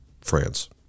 france